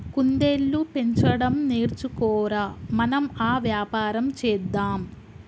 కుందేళ్లు పెంచడం నేర్చుకో ర, మనం ఆ వ్యాపారం చేద్దాం